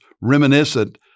reminiscent